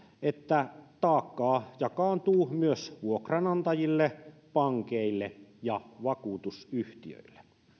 että taakkaa jakaantuu myös vuokranantajille pankeille ja vakuutusyhtiöille